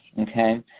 okay